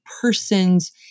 persons